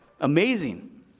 Amazing